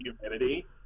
humidity